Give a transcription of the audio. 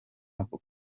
ako